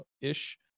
ish